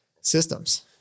systems